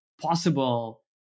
possible